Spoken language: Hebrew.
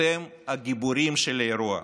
אתם הגיבורים של האירוע.